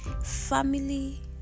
family